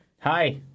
Hi